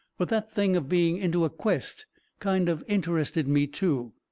but that thing of being into a quest kind of interested me, too.